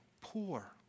poor